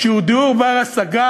שהוא דיור בר-השגה,